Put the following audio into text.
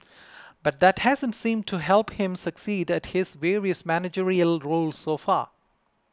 but that hasn't seemed to help him succeed at his various managerial roles so far